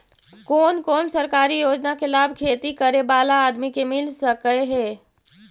कोन कोन सरकारी योजना के लाभ खेती करे बाला आदमी के मिल सके हे?